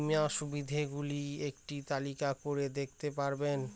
বীমার সুবিধে গুলি একটি তালিকা করে দেখাতে পারবেন?